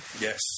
Yes